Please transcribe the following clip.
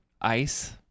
ice